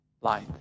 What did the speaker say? light